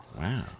wow